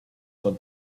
con